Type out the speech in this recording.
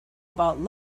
about